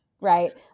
right